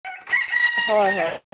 হয় হয়